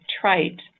trite